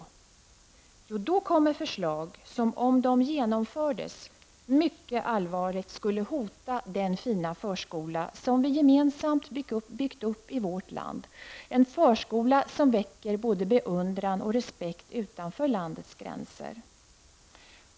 Jo, då kommer förslag som, om de genomfördes, mycket allvarligt skulle hota den fina förskola vi gemensamt byggt upp i vårt land, en förskola som väcker både beundran och respekt utanför landets gränser.